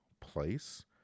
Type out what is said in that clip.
place